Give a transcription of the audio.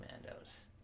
Commandos